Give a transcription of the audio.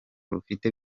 rufite